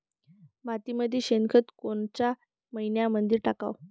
मातीमंदी शेणखत कोनच्या मइन्यामंधी टाकाव?